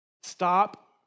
stop